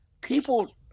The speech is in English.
people